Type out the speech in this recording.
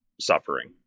suffering